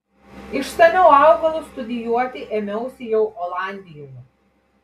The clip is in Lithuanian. išsamiau augalus studijuoti ėmiausi jau olandijoje